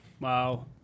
Wow